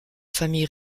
famille